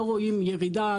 לא רואים ירידה,